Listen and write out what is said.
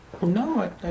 No